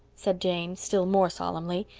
said jane, still more solemnly,